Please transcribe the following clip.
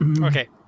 Okay